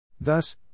Thus